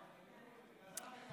חזרה מלאה.